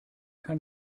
kann